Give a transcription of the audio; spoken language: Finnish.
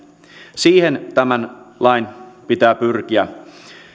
siihen tämän lain pitää pyrkiä